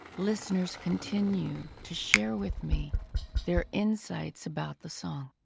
listeners continue to share with me their insights about the song.